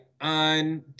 on